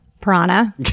piranha